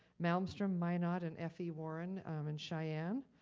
malmstrom, minot, and fe warren in cheyenne.